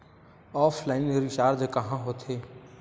Offline recharge कहां होथे?